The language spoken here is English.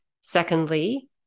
Secondly